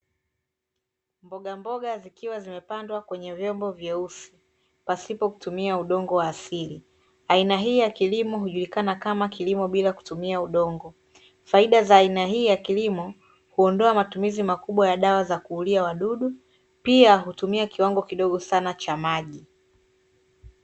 Mboga mboga zikiwa zimepandwa kwenye vyombo vyeusi, pasipo kutumia udongo wa asili, aina hii ya kilimo hujulikana kama kilimo bila kutumia udongo, faida za aina hii ya kilimo huondoa matumizi makubwa ya dawa za kuulia wadudu, pia hutumia kiwango kidogo sana cha maji.